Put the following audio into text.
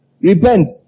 Repent